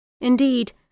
Indeed